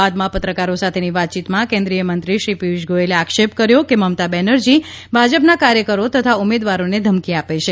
બાદમાં પત્રકારો સાથેની વાતચીતમાં કેન્દ્રિય મંત્રીશ્રી પિયુષ ગોયલે આક્ષેપ કર્યો કે મમતા બેનરજી ભાજપના કાર્યકરો તથા ઉમેદવારોને ધમકી આપે છે